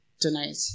tonight